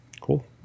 Cool